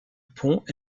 pont